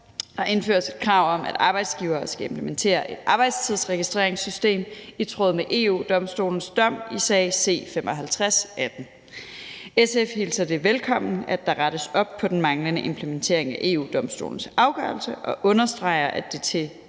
Der indføres et krav om, at arbejdsgivere skal implementere et arbejdstidsregistreringssystem i tråd med EU-Domstolens dom i sag C-55/18. SF hilser det velkommen, at der rettes op på den manglende implementering af EU-Domstolens afgørelse, og understreger, at det til hver